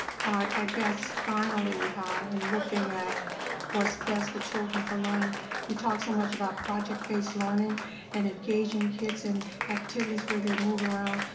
i guess finally when ah and looking at what's best for children for learning we talk so much about project-based learning and engaging kids in activities where they move around.